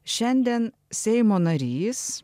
šiandien seimo narys